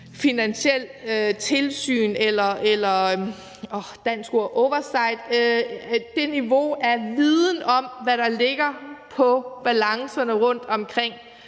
finansielt tilsyn eller det niveau af viden om, hvad der ligger på balancerne rundtomkring,